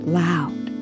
loud